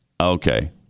Okay